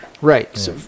Right